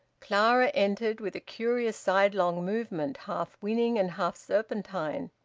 clara entered, with a curious sidelong movement, half-winning and half-serpentine.